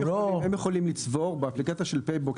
הם יכולים לצבור באפליקציה של "פייבוקס"